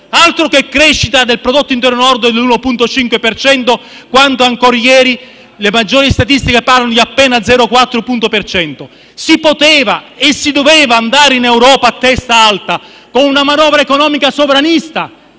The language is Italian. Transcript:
Altro che crescita del prodotto interno lordo all'1,5 per cento quando ancora ieri le maggiori statistiche parlavano di appena lo 0,4 per cento. Si poteva e si doveva andare in Europa a testa alta, con una manovra economica sovranista,